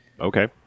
Okay